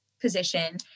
position